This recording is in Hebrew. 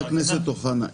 חבר הכנסת אוחנה,